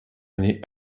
année